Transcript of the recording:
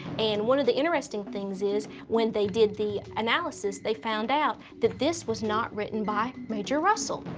and one of the interesting things is, when they did the analysis, they found out that this was not written by major russell.